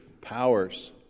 powers